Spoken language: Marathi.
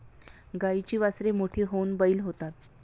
गाईची वासरे मोठी होऊन बैल होतात